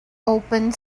opened